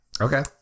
Okay